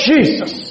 Jesus